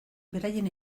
beraien